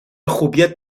خوبیت